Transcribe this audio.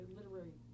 literary